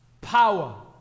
Power